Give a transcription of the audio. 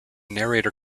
narrator